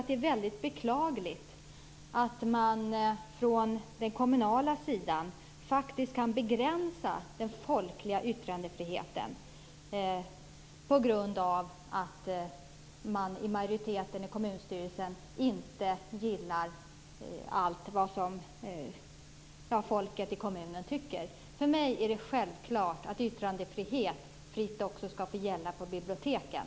Det är beklagligt att man på den kommunala sidan faktiskt kan begränsa den folkliga yttrandefriheten på grund av att majoriteten i kommunstyrelsen inte gillar allt vad folket i kommunen tycker. För mig är det en självklarhet att yttrandefrihet skall få gälla också på biblioteken.